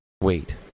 Wait